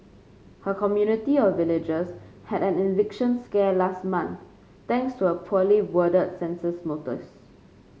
her community of villagers had an eviction scare last month thanks to a poorly worded census notice